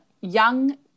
young